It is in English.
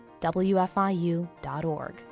WFIU.org